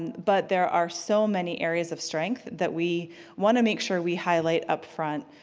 and but there are so many areas of strength that we want to make sure we highlight up front.